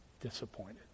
disappointed